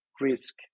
risk